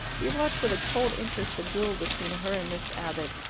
he watched with a cold interest the duel between her and miss abbott.